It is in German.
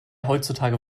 heutzutage